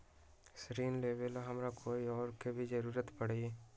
ऋन लेबेला हमरा कोई और के भी जरूरत परी?